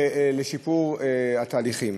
לשיפור התהליכים.